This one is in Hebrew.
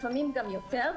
לפעמים גם יותר,